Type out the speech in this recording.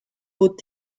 aux